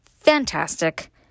fantastic